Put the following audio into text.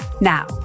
Now